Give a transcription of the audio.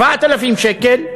7,000 שקל,